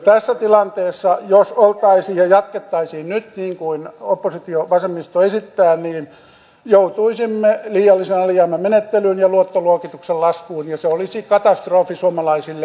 tässä tilanteessa jos oltaisiin ja jatkettaisiin nyt niin kuin oppositio vasemmisto esittää niin joutuisimme liiallisen alijäämän menettelyyn ja luottoluokituksen laskuun ja se olisi katastrofi suomalaisille köyhille